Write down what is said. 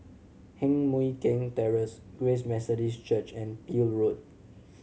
Heng Mui Keng Terrace Grace Methodist Church and Peel Road